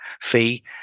fee